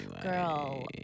Girl